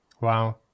Wow